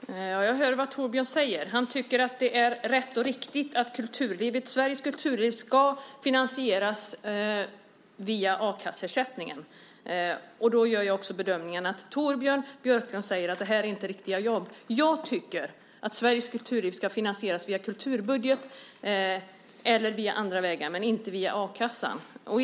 Herr talman! Jag hör vad Torbjörn säger. Han tycker att det är rätt och riktigt att Sveriges kulturliv ska finansieras via a-kasseersättningen. Jag anser att Torbjörn Björlund därmed också säger att det här inte är riktiga jobb. Jag tycker att Sveriges kulturliv ska finansieras via kulturbudgeten eller via andra vägar, men inte via a-kassan.